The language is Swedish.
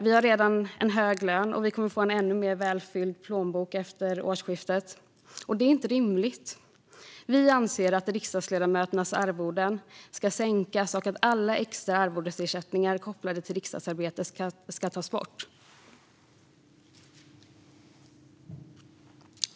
Vi har redan en hög lön, och vi kommer att få en ännu mer välfylld plånbok efter årsskiftet. Det är inte rimligt. Vi anser att riksdagsledamöternas arvoden ska sänkas och att alla extra arvodesersättningar kopplade till riksdagsarbetet ska tas bort.